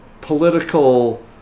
political